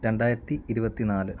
രണ്ടായിരത്തി ഇരുപത്തിനാല്